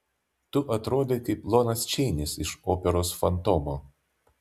tu atrodai kaip lonas čeinis iš operos fantomo